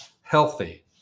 healthy